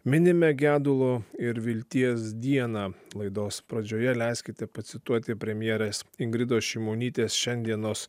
minime gedulo ir vilties dieną laidos pradžioje leiskite pacituoti premjerės ingridos šimonytės šiandienos